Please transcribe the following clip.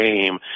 game